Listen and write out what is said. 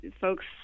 folks